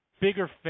bigger